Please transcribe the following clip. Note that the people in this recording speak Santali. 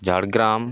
ᱡᱷᱟᱲᱜᱨᱟᱢ